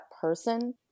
person